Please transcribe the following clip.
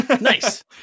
nice